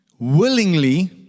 willingly